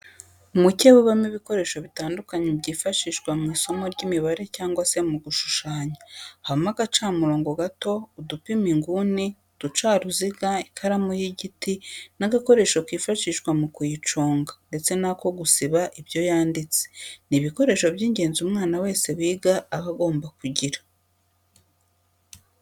Umukebe ubamo ibikoresho bitandukanye byifashishwa mu isomo ry'imibare cyangwa se mu gushushanya, habamo agacamurongo gato, udupima inguni, uducaruziga, ikaramu y'igiti n'agakoresho kifashishwa mu kuyiconga ndetse n'ako gusiba ibyo yanditse, ni ibikoresho by'ingenzi umwana wese wiga aba agomba kugira.